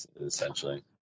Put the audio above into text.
Essentially